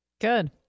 Good